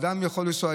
האדם יכול לנסוע,